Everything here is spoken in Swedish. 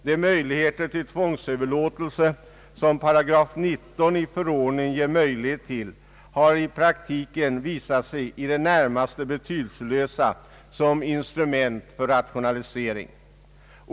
De möjligheter till tvångsöverlåtelser som 19 8 i förordningen rymmer har i praktiken visat sig i det närmaste betydelselösa som instrument för rationalisering.